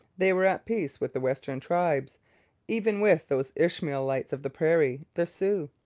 they were at peace with the western tribes even with those ishmaelites of the prairie, the sioux.